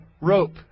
rope